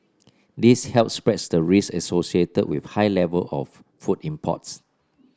this helps spread the risk associated with high level of food imports